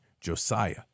Josiah